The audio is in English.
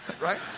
right